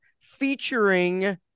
featuring